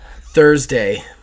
Thursday